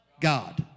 God